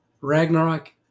Ragnarok